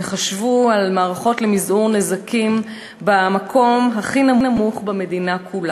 וחשבו על מערכות למזעור נזקים "במקום הכי נמוך במדינה כולה",